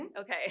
Okay